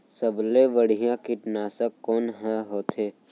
सबले बढ़िया कीटनाशक कोन ह होथे?